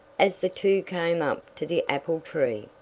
as the two came up to the apple tree.